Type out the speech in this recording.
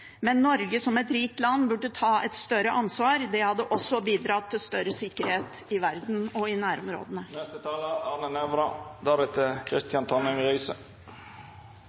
men Norge som et rikt land burde ta et større ansvar. Det hadde også bidratt til større sikkerhet i verden og i nærområdene.